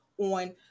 on